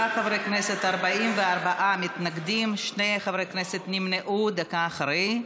כנסת, 44 מתנגדים, שני חברים נמנעו דקה אחרי.